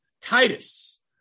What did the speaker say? Titus